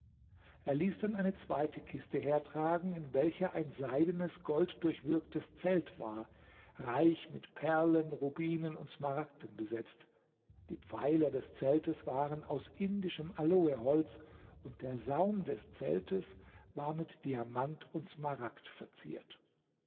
er ließ dann eine zweite kiste hertragen in welcher ein seidenes golddurchwirktes zelt war reich mit perlen rubinen und smaragden besetzt die pfeiler des zeltes waren aus indischem aloeholz und der saum des zeltes war mit diamant und smaragd verziert